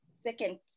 second